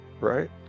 right